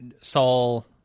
Saul